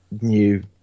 new